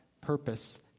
purpose